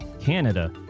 Canada